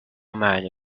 man